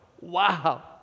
Wow